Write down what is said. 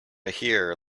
here